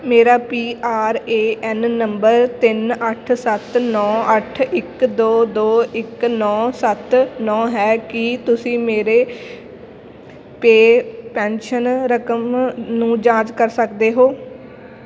ਮੇਰਾ P R A N number ਤਿੰਨ ਅੱਠ ਸੱਤ ਨੌ ਅੱਠ ਇੱਕ ਦੋ ਦੋ ਇੱਕ ਨੌ ਸੱਤ ਨੌ ਹੈ ਕੀ ਤੁਸੀਂ ਮੇਰੇ ਪੇਅ ਪੈਨਸ਼ਨ ਰਕਮ ਨੂੰ ਜਾਂਚ ਕਰ ਸਕਦੇ ਹੋ